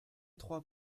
trois